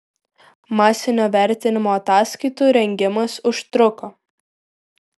masinio vertinimo ataskaitų rengimas užtruko